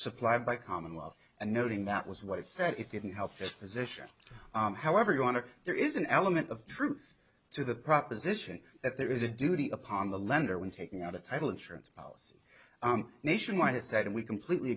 supplied by commonwealth and noting that was what it said it didn't help that position however you want to there is an element of truth to the proposition that there is a duty upon the lender when taking out a title insurance policy nationwide decided we completely